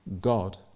God